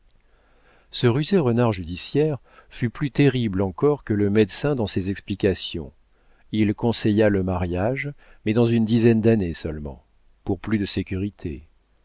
ce rusé renard judiciaire fut plus terrible encore que le médecin dans ses explications il conseilla le mariage mais dans une dizaine d'années seulement pour plus de sécurité